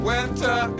Winter